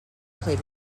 played